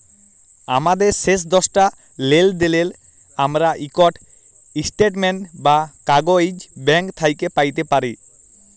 আমাদের শেষ দশটা লেলদেলের আমরা ইকট ইস্ট্যাটমেল্ট বা কাগইজ ব্যাংক থ্যাইকে প্যাইতে পারি